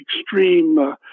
extreme